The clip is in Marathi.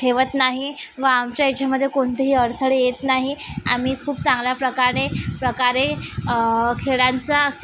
ठेवत नाही व आमच्या हेच्यामध्ये कोणतेही अडथळे येत नाही आम्ही खूप चांगल्या प्रकारे प्रकारे खेळांचा